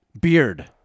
beard